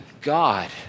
God